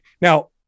now